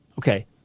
Okay